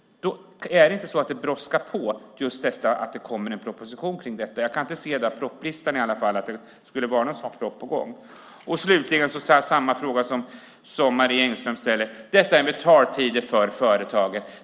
Brådskar det då inte att det kommer en proposition om detta? Jag kan i alla fall inte se i propositionslistan att det skulle vara någon sådan proposition på gång. Slutligen ställer jag samma fråga som Marie Engström ställer när det gäller betaltider för företagen.